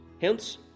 Hence